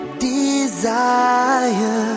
desire